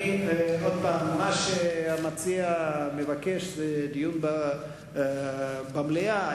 מה שהמציע מבקש זה דיון במליאה.